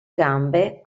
gambe